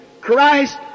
Christ